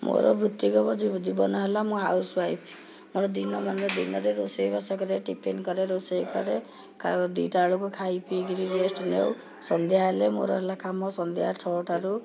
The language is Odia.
ମୋର ବୃତ୍ତିଗତ ଜୀବନ ହେଲା ମୁଁ ହାଉସ୍ ୱାଇଫ୍ ମୋର ଦିନମାନ ଦିନରେ ରୋଷେଇବାସ କରେ ଟିଫିନ୍ କରେ ରୋଷେଇ କରେ ଦୁଇଟା ବେଳକୁ ଖାଇ ପିଇକରି ରେଷ୍ଟ ନେଉ ସନ୍ଧ୍ୟା ହେଲେ ମୋର ହେଲା କାମ ସନ୍ଧ୍ୟା ଛଅଟାରୁ